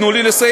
תנו לי לסיים.